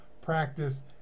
practice